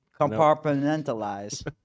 Compartmentalize